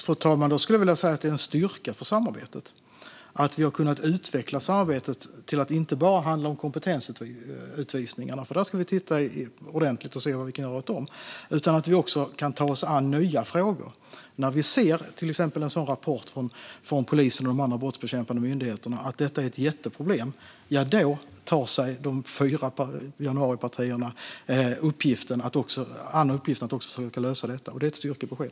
Fru talman! Jag skulle vilja säga att det är en styrka för samarbetet att vi har kunnat utveckla samarbetet till att inte bara handla om kompetensutvisningarna - vi ska titta ordentligt på vad vi kan göra åt dem - utan att vi också kan ta oss an nya frågor. När vi ser en rapport från till exempel polisen och de andra brottsbekämpande myndigheterna om att detta är ett jätteproblem tar sig de fyra januaripartierna an uppgiften att försöka lösa detta. Det är ett styrkebesked.